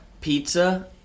pizza